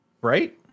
right